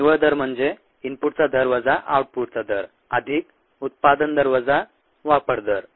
निव्वळ दर म्हणजे इनपुटचा दर वजा आउटपुटचा दर अधिक उत्पादन दर वजा वापर दर